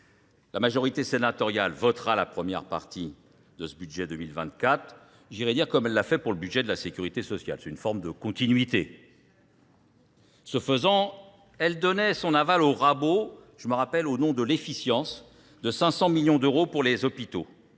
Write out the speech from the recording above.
La majorité sénatoriale votera la première partie de ce budget 2024, j'irais dire comme elle l'a fait pour le budget de la sécurité sociale. C'est une forme de continuité. Ce faisant, elle donnait son aval au rabot, je me rappelle au nom de l'efficience, de 500 millions d'euros pour les hôpitaux,